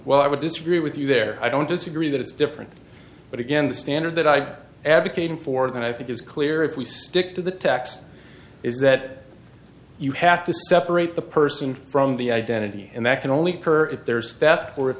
well i would disagree with you there i don't disagree that it's different but again the standard that i'm advocating for that i think is clear if we stick to the tax is that you have to separate the person from the identity and that can only occur if there is theft or if